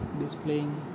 displaying